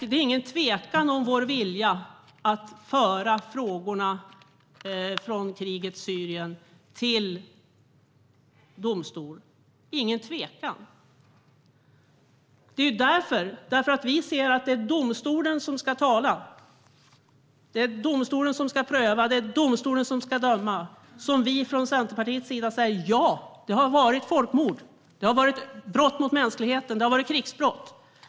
Det är ingen tvekan om vår vilja att föra frågorna från krigets Syrien till domstol. Vi ser att det är domstolen som ska tala, domstolen som ska pröva och domstolen som ska döma. Vi från Centerpartiets sida säger: Ja, det har varit folkmord, brott mot mänskligheten och krigsbrott.